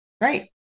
Right